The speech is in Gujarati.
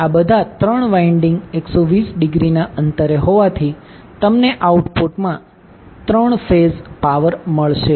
આ બધા 3 વાઈન્ડીંગ 120 ડિગ્રી ના અંતરે હોવાથી તમને આઉટપુટમાં 3 ફેઝ પાવર મળશે